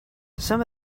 some